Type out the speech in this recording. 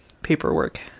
paperwork